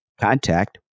contact